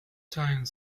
time